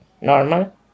normal